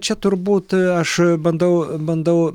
čia turbūt aš bandau bandau